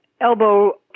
Elbow